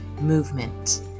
movement